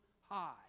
high